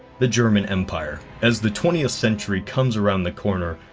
the german empire, as the twentieth century comes around the corner.